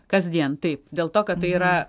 kasdien taip dėl to kad tai yra